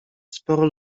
sporo